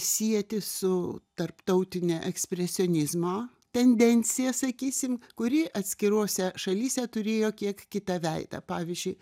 sieti su tarptautine ekspresionizmo tendencija sakysim kuri atskirose šalyse turėjo kiek kitą veidą pavyzdžiui